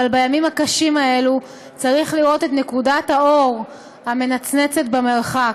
אבל בימים הקשים האלה צריך לראות את נקודת האור המנצנצת במרחק.